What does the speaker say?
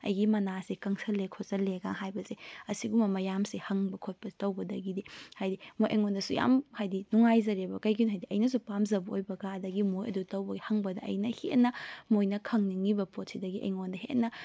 ꯑꯩꯒꯤ ꯃꯅꯥꯁꯦ ꯀꯪꯁꯜꯂꯦ ꯈꯣꯠꯆꯜꯂꯦꯒ ꯍꯥꯏꯕꯁꯦ ꯑꯁꯤꯒꯨꯝꯕ ꯃꯌꯥꯝꯁꯦ ꯍꯪꯕ ꯈꯣꯠꯄ ꯇꯧꯕꯗꯒꯤꯗꯤ ꯍꯥꯏꯗꯤ ꯃꯣꯏ ꯑꯩꯉꯣꯟꯗꯁꯨ ꯌꯥꯝ ꯍꯥꯏꯗꯤ ꯅꯨꯡꯉꯥꯏꯖꯔꯦꯕ ꯀꯔꯤꯒꯤꯅꯣ ꯍꯥꯏꯔꯗꯤ ꯑꯩꯅꯁꯨ ꯄꯥꯝꯖꯕ ꯑꯣꯏꯕꯒ ꯑꯗꯒꯤ ꯃꯣꯏ ꯑꯗꯨ ꯇꯧꯕꯒꯤ ꯍꯪꯕꯗ ꯑꯩꯅ ꯍꯦꯟꯅ ꯃꯈꯣꯏꯅ ꯈꯪꯅꯤꯡꯂꯤꯕ ꯄꯣꯠꯁꯤꯗꯒꯤ ꯑꯩꯉꯣꯟꯗ ꯍꯦꯟꯅ